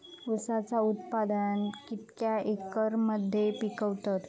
ऊसाचा उत्पादन कितक्या एकर मध्ये पिकवतत?